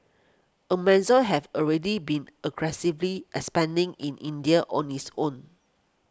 Amazon has already been aggressively expanding in India on its own